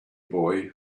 boy